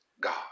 God